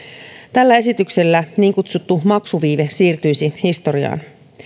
tällä esityksellä niin kutsuttu maksuviive siirtyisi historiaan